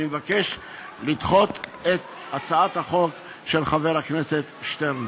אני מבקש לדחות את הצעת החוק של חבר הכנסת שטרן.